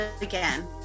again